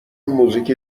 موزیکی